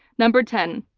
number ten,